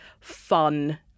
fun